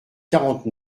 quarante